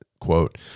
quote